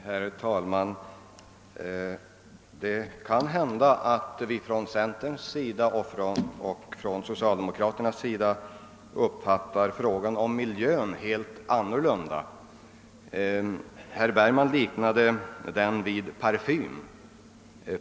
Herr talman! Det är möjligt att vi inom centern och socialdemokratin uppfattar bostadsmiljön helt olika. Herr Bergman liknade den vid parfym.